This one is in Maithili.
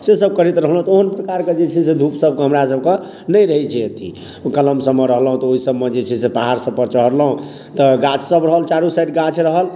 से सब करैत रहलहुँ तऽ ओहन प्रकारके जे छै से धूप सबके जे छै से हमरासबके नहि रहै छै अथी कलम सबमे रहलहुँ तऽ ओहिसबमे जे छै से पहाड़ सबपर चढ़लहुँ तऽ गाछसब रहल चारू साइड गाछ रहल